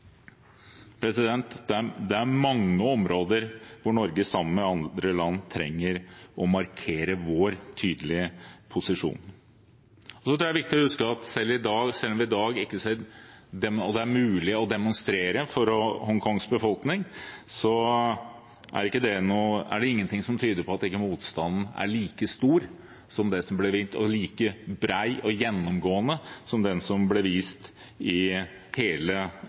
Det er mange områder hvor Norge sammen med andre land trenger å markere sin tydelige posisjon. Jeg tror det er viktig å huske at selv om vi i dag ikke ser at det er mulig for Hongkongs befolkning å demonstrere, er det ingenting som tyder på at ikke motstanden er like stor og like bred og gjennomgående som den som ble vist i hele